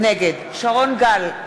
נגד שרון גל,